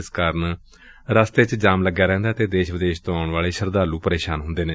ਜਿਸ ਕਾਰਨ ਹਮੇਸ਼ਾ ਇਸ ਰਸਤੇ ਤੇ ਜਾਮ ਲੱਗਿਆ ਰਹਿੰਦੈ ਅਤੇ ਦੇਸ਼ ਵਿਦੇਸ਼ਾਂ ਤੋਂ ਆਉਣ ਵਾਲੇ ਸ਼ਰਧਾਲੂ ਪ੍ਰੇਸ਼ਾਨ ਹੁੰਦੇ ਨੇ